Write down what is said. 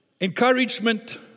encouragement